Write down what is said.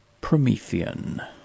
Promethean